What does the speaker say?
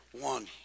one